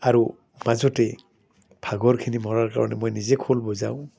আৰু মাজতেই ভাগৰখিনি মৰাৰ কাৰণে মই নিজে খোল বজাওঁ